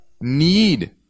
need